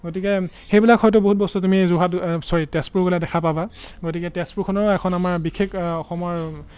গতিকে সেইবিলাক হয়তো বহুত বস্তু তুমি যোৰহাট চৰি তেজপুৰ গ'লে দেখা পাবা গতিকে তেজপুৰখনো এখন আমাৰ বিশেষ অসমৰ